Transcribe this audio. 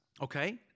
okay